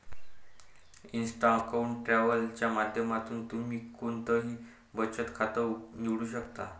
Insta account travel च्या माध्यमातून तुम्ही कोणतंही बचत खातं निवडू शकता